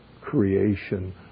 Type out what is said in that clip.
creation